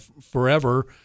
forever